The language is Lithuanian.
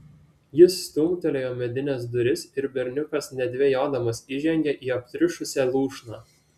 jis stumtelėjo medines duris ir berniukas nedvejodamas įžengė į aptriušusią lūšną